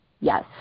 Yes